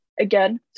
again